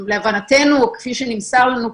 להבנתנו או כפי שנמסר לנו,